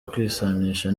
kwisanisha